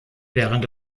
während